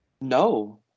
No